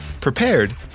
prepared